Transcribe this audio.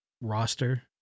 roster